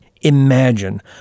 Imagine